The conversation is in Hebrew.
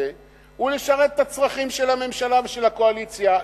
הוא לשרת את הצרכים של הממשלה ושל הקואליציה.